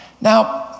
Now